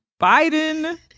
Biden